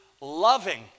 loving